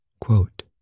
Quote